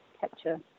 capture